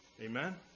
Amen